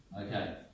Okay